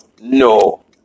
No